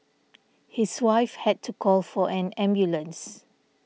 his wife had to call for an ambulance